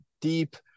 deep